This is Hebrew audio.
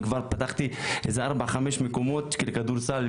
וכבר פתחתי 4-5 מקומות של כדורסל.